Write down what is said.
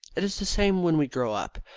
it is the same when we grow up.